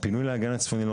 הפינוי לאגן הצפוני לא